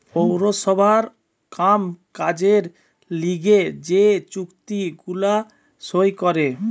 পৌরসভার কাম কাজের লিগে যে চুক্তি গুলা সই করে